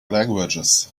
languages